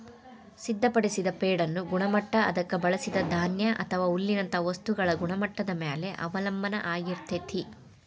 ಸಿದ್ಧಪಡಿಸಿದ ಫೇಡ್ನ ಗುಣಮಟ್ಟ ಅದಕ್ಕ ಬಳಸಿದ ಧಾನ್ಯ ಅಥವಾ ಹುಲ್ಲಿನಂತ ವಸ್ತುಗಳ ಗುಣಮಟ್ಟದ ಮ್ಯಾಲೆ ಅವಲಂಬನ ಆಗಿರ್ತೇತಿ